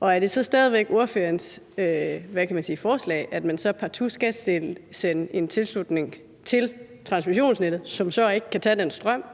Og er det så stadig væk ordførerens forslag, at man så partout skal etablere en tilslutning til transmissionsnettet, som så ikke kan tage den strøm,